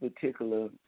particular